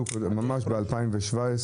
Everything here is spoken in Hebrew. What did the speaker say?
בדיוק אמרת ב-2017.